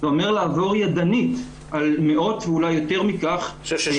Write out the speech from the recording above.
לעבור ידנית על מאות תיקים, ואולי יותר מכך,